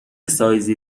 سایزی